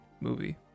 movie